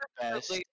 best